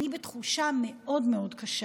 אני בתחושה מאוד מאוד קשה,